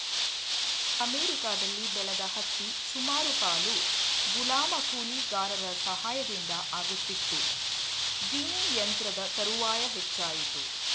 ಅಮೆರಿಕದಲ್ಲಿ ಬೆಳೆದ ಹತ್ತಿ ಸುಮಾರು ಪಾಲು ಗುಲಾಮ ಕೂಲಿಗಾರರ ಸಹಾಯದಿಂದ ಆಗುತ್ತಿತ್ತು ಜಿನ್ನಿಂಗ್ ಯಂತ್ರದ ತರುವಾಯ ಹೆಚ್ಚಾಯಿತು